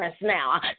Now